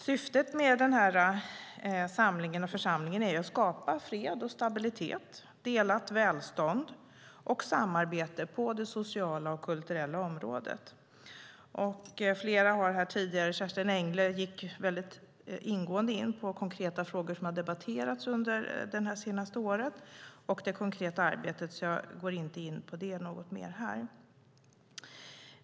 Syftet med den här församlingen är att skapa fred och stabilitet, delat välstånd och samarbete på det sociala och kulturella området. Kerstin Engle gick mycket ingående in på konkreta frågor som har debatterats under det senaste året och det konkreta arbetet, och därför går jag inte in mer på det här.